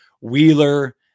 Wheeler